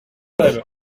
het